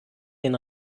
den